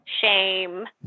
shame